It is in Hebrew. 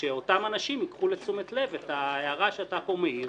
שאותם אנשים ייקחו לתשומת לב את ההערה שאתה פה מעיר,